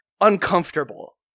uncomfortable